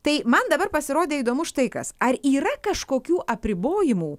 tai man dabar pasirodė įdomu štai kas ar yra kažkokių apribojimų